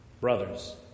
Brothers